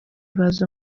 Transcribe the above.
baza